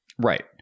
Right